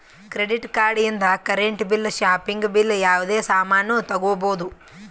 credit card ಇಂದ್ current bill shopping bill ಯಾವುದೇ ಸಾಮಾನ್ನೂ ತಗೋಬೋದು